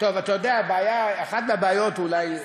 אתה יודע, אחת הבעיות היא אולי,